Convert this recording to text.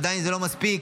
עדיין זה לא מספיק.